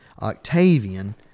Octavian